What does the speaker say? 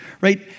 right